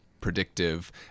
predictive